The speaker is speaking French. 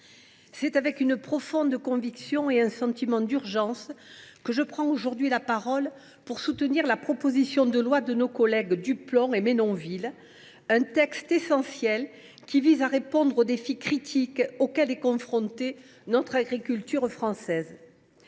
c’est avec une profonde conviction et un sentiment d’urgence que je prends aujourd’hui la parole pour soutenir la proposition de loi de nos collègues Laurent Duplomb et Franck Menonville, un texte essentiel qui vise à répondre aux défis critiques auxquels est confrontée l’agriculture de notre